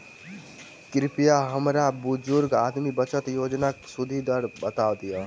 कृपया हमरा बुजुर्ग आदमी बचत योजनाक सुदि दर बता दियऽ